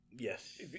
Yes